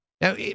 Now